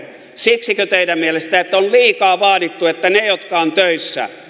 siksikö teidän mielestänne että on liikaa vaadittu että nekin jotka ovat töissä